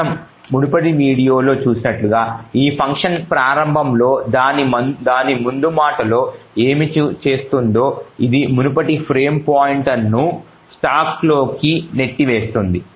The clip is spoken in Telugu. మనము మునుపటి వీడియోలో చూసినట్లుగా ఈ ఫంక్షన్ ప్రారంభంలో దాని ముందుమాటలో ఏమి చేస్తుందో అది మునుపటి ఫ్రేమ్ పాయింటర్ను స్టాక్లోకి నెట్టివేస్తుంది